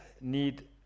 need